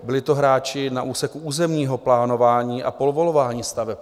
Byli to hráči na úseku územního plánování a povolování staveb.